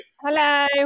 Hello